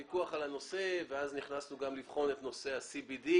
היה לנו ויכוח על הנושא ואז נכנסנו גם לבחון את נושא ה-CBD,